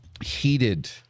heated